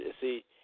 see